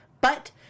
But